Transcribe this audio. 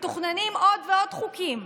מתוכננים עוד ועוד חוקים,